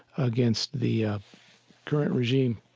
against the current regime.